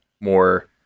more